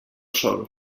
sol